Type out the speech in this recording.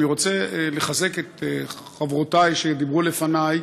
אני רוצה לחזק את חברותי שדיברו לפני,